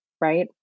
right